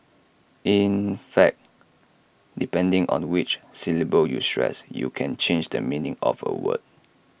in fact depending on which syllable you stress you can change the meaning of A word